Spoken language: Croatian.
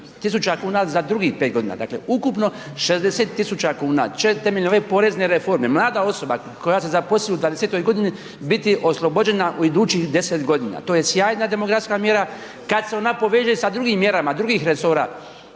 kuna za drugih 5 godina, dakle ukupno 60.000 kuna će temeljem ove porezne reforme mlada osoba koja se zaposli u 20-toj godini biti oslobođena u idućih 10 godina. To je sjajna demografska mjera. Kad se ona poveže sa drugim mjerama, drugih resora